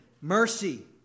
Mercy